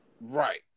right